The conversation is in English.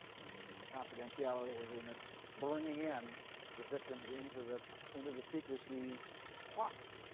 confidentiality agreements bringing in the victims into the into the secrecy plot.